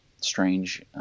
strange